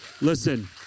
Listen